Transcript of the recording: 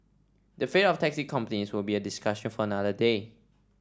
the fate of taxi companies will be a discussion for another day